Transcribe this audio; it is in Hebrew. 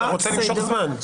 אתה רוצה למשוך זמן.